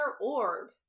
Orb